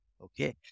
Okay